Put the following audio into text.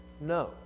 no